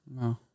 no